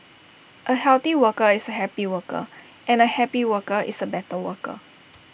A healthy worker is A happy worker and A happy worker is A better worker